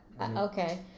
Okay